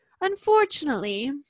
Unfortunately